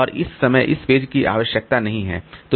और इस समय इस पेज की आवश्यकता नहीं है